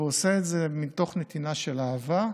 והוא עושה את זה מתוך נתינה של אהבה.